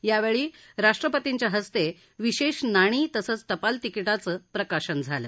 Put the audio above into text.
यावेळी राष्ट्रपर्तीच्या हस्ते विशेष नाणी तसंच टपाल तिकिटाचं प्रकाशन झालं